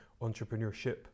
entrepreneurship